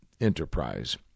enterprise